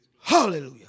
Hallelujah